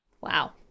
Wow